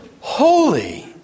holy